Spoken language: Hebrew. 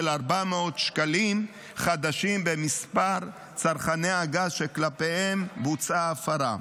400 שקלים חדשים במספר צרכני הגז שכלפיהם בוצעה ההפרה.